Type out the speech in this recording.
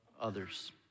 others